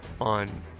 on